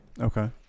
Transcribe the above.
Okay